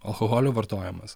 alkoholio vartojimas